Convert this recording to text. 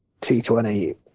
T20